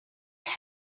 have